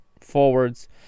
forwards